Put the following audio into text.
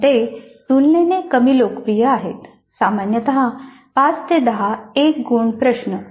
पण ते तुलनेने कमी लोकप्रिय आहे सामान्यत 5 ते 10 एक गुण प्रश्न